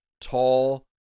tall